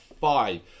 five